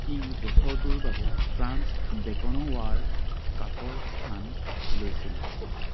ই বছৰটোৰ বাবে ফ্ৰাঞ্চ বেকেনব'ৱাৰ কাপৰ স্থান লৈছিল